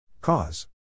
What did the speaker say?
Cause